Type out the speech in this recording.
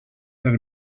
that